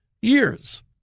years